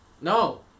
No